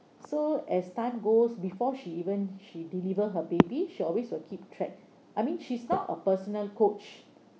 so as time goes before she even she delivered her baby she always will keep track I mean she's not a personal coach